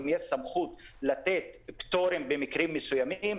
יש סמכות לתת פטורים במקרים מסוימים.